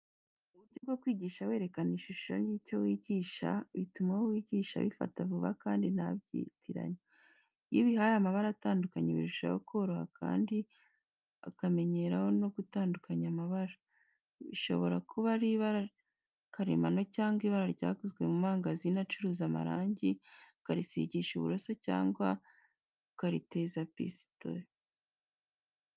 Uburyo bwo kwigisha werekana n'ishusho y'icyo wigisha bituma uwo wigisha abifata vuba kandi ntabyitiranye. Iyo ubihaye amabara atandukanye birushaho koroha kandi akamenyeraho no gutandukanya amabara. Bishobora kuba ari ibara karemano cyangwa ibara ryaguzwe mu mangazini acuruza amarangi, ukarisigisha uburuso cyangwa ukariteza pisitore.